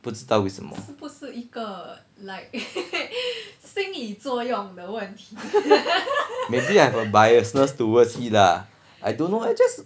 不知道为什么 maybe I got biasness towards it ah I don't know I just